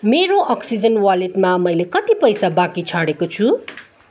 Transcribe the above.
मेरो अक्सिजेन वालेटमा मैले कति पैसा बाँकी छाडेको छु